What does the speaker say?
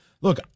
Look